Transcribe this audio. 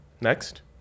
Next